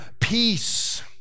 peace